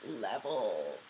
level